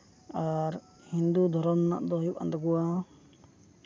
ᱟᱨ ᱦᱤᱱᱫᱩ ᱫᱷᱚᱨᱚᱢ ᱨᱮᱱᱟᱜ ᱫᱚ ᱦᱩᱭᱩᱜ ᱠᱟᱱ ᱛᱟᱠᱚᱣᱟ